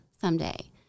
someday